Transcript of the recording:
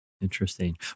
Interesting